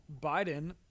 Biden